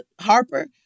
Harper